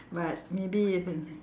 but maybe if in